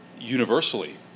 universally